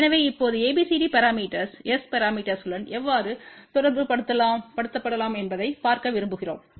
எனவே இப்போது ABCD parameters S பரமீட்டர்ஸ்களுடன் எவ்வாறு தொடர்புபடுத்தப்படலாம் என்பதைப் பார்க்க விரும்புகிறோம்